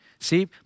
See